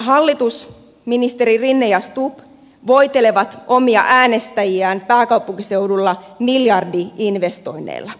hallitus ministerit rinne ja stubb voitelee omia äänestäjiään pääkaupunkiseudulla miljardi investoinneilla